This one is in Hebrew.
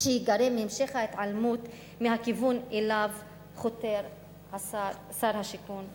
שייגרם מהמשך ההתעלמות מהכיוון שאליו חותר שר השיכון והבינוי.